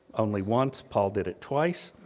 only once, paul did it twice.